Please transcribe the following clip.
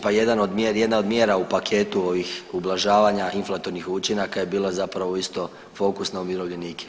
Pa jedna od mjera u paketu ovih ublažavanja inflatornih učinaka je bilo zapravo isto fokus na umirovljenike.